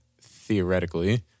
theoretically